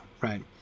right